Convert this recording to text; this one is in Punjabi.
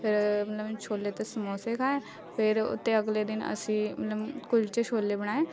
ਫਿਰ ਮਤਲਬ ਛੋਲੇ ਅਤੇ ਸਮੋਸੇ ਖਾਏ ਫਿਰ ਉਤੇ ਅਗਲੇ ਦਿਨ ਅਸੀਂ ਮਤਲਬ ਕੁਲਚੇ ਛੋਲੇ ਬਣਾਏ